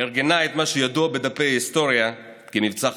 ארגנה את מה שידוע בדפי ההיסטוריה כ"מבצע החתונה":